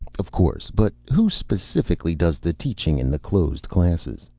of course. but who, specifically, does the teaching in the closed classes?